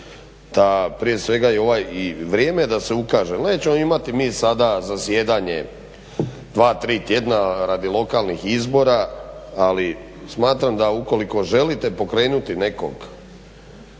da prije svega i ovaj i vrijeme je da se ukaže. Nećemo mi imati sada zasjedanje 2, 3 tjedna radi lokalnih izbora, ali smatram da ukoliko želite pokrenuti nekog